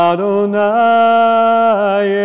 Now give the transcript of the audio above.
Adonai